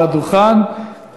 על הדוכן,